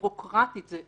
ביורוקרטית זה